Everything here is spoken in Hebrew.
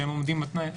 שהם עומדים בתנאי החוק.